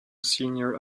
senior